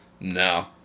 no